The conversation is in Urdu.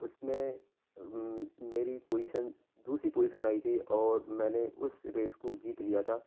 اس میں میری پوزیشن دوسری پوزیشن آئی تھی اور میں نے اس ریس کو جیت لیا تھا